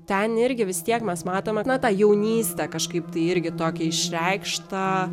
ten irgi vis tiek mes matome na tą jaunystę kažkaip tai irgi tokį išreikštą